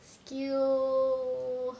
skill